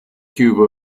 cuba